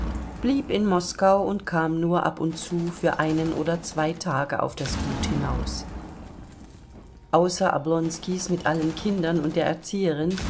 blieb in moskau und kam nur ab und zu für einen oder zwei tage auf das gut hinaus außer oblonskis mit allen kindern und der erzieherin